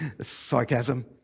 sarcasm